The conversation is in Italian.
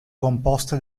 composte